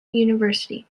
university